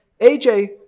AJ